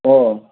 ꯑꯣ